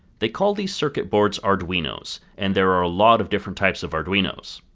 they call these circuit boards arduinos, and there are a lot of different types of arduinos!